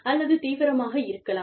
அல்லது தீவிரமாக இருக்கலாம்